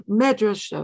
medrash